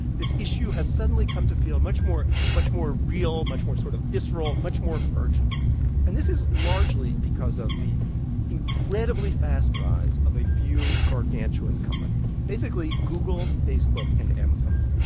this issue has suddenly come to feel much more much more real, much more sort of visceral, much more urgent and this is largely because of the incredibly fast rise of a few gargantuan companies basically, google, facebook and amazon.